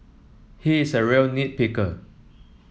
he is a real nit picker